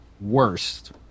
worst